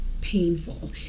painful